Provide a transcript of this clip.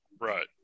Right